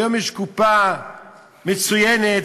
היום יש קופה מצוינת,